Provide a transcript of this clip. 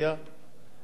יהיה יותר זול.